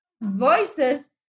voices